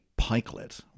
pikelet